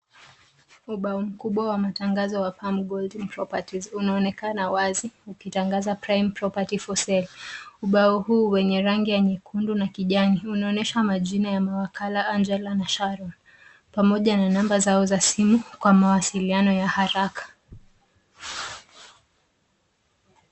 Ubao mkubwa wa matangazo wa Pam Golding Properties linaonekana wazi ukitangaza property for sale . Ubao huu wenye rangi ya nyekundu na kijani unaonesha majina ya mawakala Angela na Sharon pamoja na namba zao za simu kwa mawasiliano ya haraka.